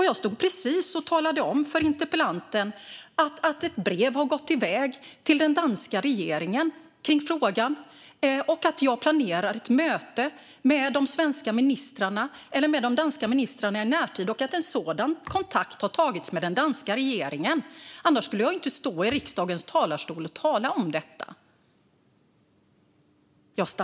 Jag stod precis och talade om för interpellanten att ett brev har gått iväg till den danska regeringen i frågan, att jag planerar ett möte med de danska ministrarna i närtid och att en sådan kontakt har tagits med den danska regeringen. Annars skulle jag inte stå i riksdagens talarstol och tala om detta.